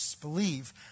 believe